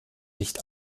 nicht